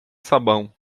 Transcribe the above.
sabão